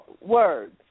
words